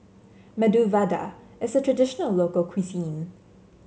Medu Vada is a traditional local cuisine